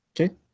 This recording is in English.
Okay